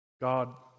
God